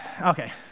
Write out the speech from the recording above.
Okay